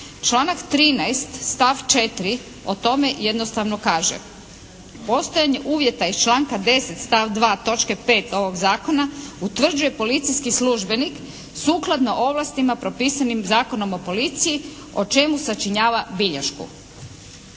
Članak 13. stav 4. o tome jednostavno kaže: "Postojanje uvjeta iz članka 10. stav 2. točke 5. ovog Zakona utvrđuje policijski službenik sukladno ovlastima propisanim Zakonom o policiji o čemu sačinjava bilješku.".